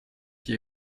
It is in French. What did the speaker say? qui